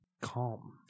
calm